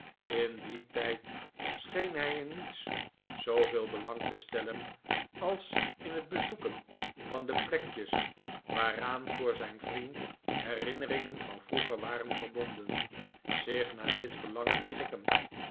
in dien tijd scheen hij in niets zooveel belang te stellen als in het bezoeken van de plekjes waaraan voor zijn vriend herinneringen van vroeger waren verbonden zich naar dit verlangen